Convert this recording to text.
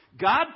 God